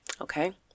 okay